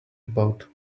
about